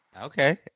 Okay